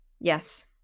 Yes